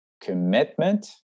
commitment